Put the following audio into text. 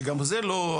שגם זה לא,